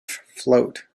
float